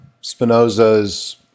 Spinoza's